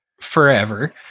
forever